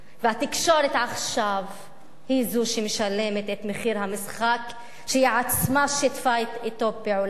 התקשורת היא שמשלמת עכשיו את מחיר המשחק שהיא עצמה שיתפה אתו פעולה